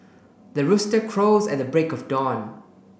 the rooster crows at the break of dawn